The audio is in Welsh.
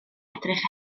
edrych